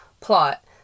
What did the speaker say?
Plot